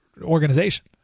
organization